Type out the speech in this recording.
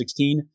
2016